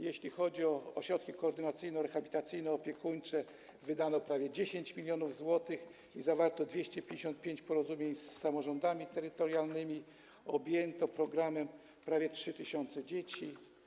Jeśli chodzi o ośrodki koordynacyjno-rehabilitacyjno-opiekuńcze, wydano prawie 10 mln zł, zawarto 255 porozumień z samorządami terytorialnymi, objęto programem prawie 3 tys. dzieci.